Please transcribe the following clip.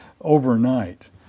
overnight